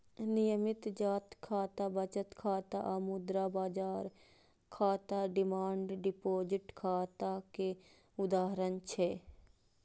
नियमित जांच खाता, बचत खाता आ मुद्रा बाजार खाता डिमांड डिपोजिट खाता के उदाहरण छियै